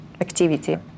activity